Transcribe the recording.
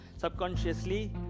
subconsciously